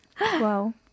Wow